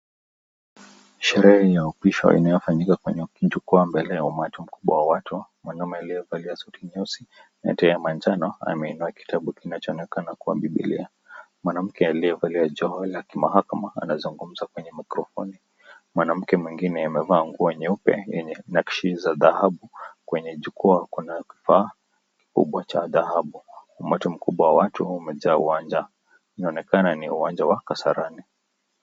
Sherehe ya uapisho iliyofanyika kwenye jukwaa mbele ya umati mkubwa wa watu. Mwanamume aliyevaa suti nyeusi na tai ya manjano ameinua kitabu kinachoonekana kuwa Bibilia. Mwanamke aliyevaa joho la kimahakama anazungumza kwenye microphone . Mwanamke mwingine amevaa nguo nyeupe yenye nakshi za dhahabu. Kwenye jukwaa kuna kifaa kikubwa cha dhahabu. Umati mkubwa wa watu umejaa uwanja, inaonekana ni uwanja wa Kasarani.